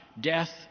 death